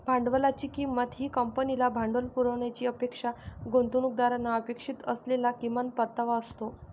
भांडवलाची किंमत ही कंपनीला भांडवल पुरवण्याची अपेक्षा गुंतवणूकदारांना अपेक्षित असलेला किमान परतावा असतो